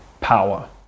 power